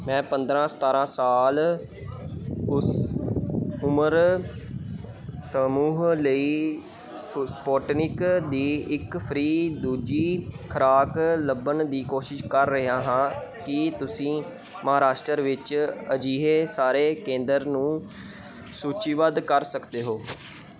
ਮੈਂ ਪੰਦਰ੍ਹਾਂ ਸਤਾਰ੍ਹਾਂ ਸਾਲ ਉਸ ਉਮਰ ਸਮੂਹ ਲਈ ਸਪੁਟਨਿਕ ਦੀ ਇੱਕ ਫ੍ਰੀ ਦੂਜੀ ਖੁਰਾਕ ਲੱਭਣ ਦੀ ਕੋਸ਼ਿਸ਼ ਕਰ ਰਿਹਾ ਹਾਂ ਕੀ ਤੁਸੀਂ ਮਹਾਰਾਸ਼ਟਰ ਵਿੱਚ ਅਜੀਹੇ ਸਾਰੇ ਕੇਂਦਰਾਂ ਨੂੰ ਸੂਚੀਬੱਧ ਕਰ ਸਕਦੇ ਹੋ